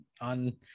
on